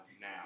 now